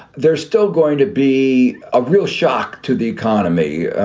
there's still going to be a real shock to the economy.